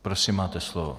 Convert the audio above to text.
Prosím, máte slovo.